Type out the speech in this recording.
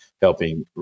helping